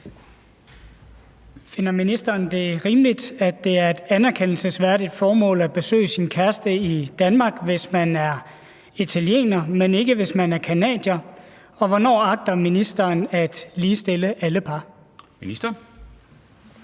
Finder ministeren det rimeligt, at det er et anerkendelsesværdigt formål at besøge sin kæreste i Danmark, hvis man er italiener, men ikke hvis man er canadier, og hvornår agter ministeren at ligestille alle par? Kl.